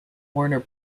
warner